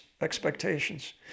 expectations